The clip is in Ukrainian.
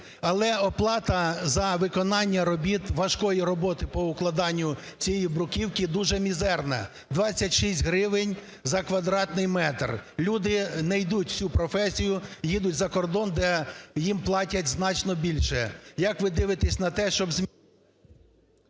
але оплата за виконання робіт, важкої роботи по укладанню цієї бруківки дуже мізерна – 26 гривень за квадратний метр. Люди не йдуть у цю професію, їдуть за кордон, де їм платять значно більше. Як ви дивитесь на те, щоб …